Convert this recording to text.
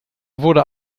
wurde